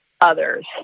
others